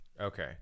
Okay